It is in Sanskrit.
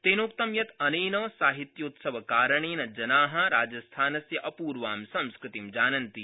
तेनोक्तं यत् अनेन साहित्योत्सवकारणेन जना राजस्थानस्य अपूर्वां संस्कृति जानन्ति